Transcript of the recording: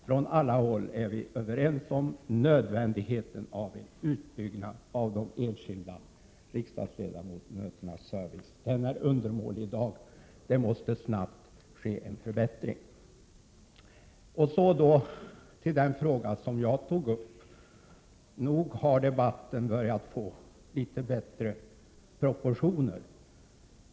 Från alla håll är vi överens om nödvändigheten av en utbyggnad av de enskilda riksdagsledamöternas service. Den är undermålig i dag, och det måste snabbt ske en förbättring. Så till den fråga som jag tog upp — nog har debatten börjat få litet bättre proportioner!